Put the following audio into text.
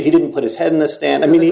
he didn't put his head in the stand i mean